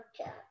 Okay